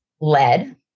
lead